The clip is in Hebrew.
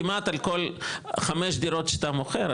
כמעט על כל חמש דירות שאתה מוכר,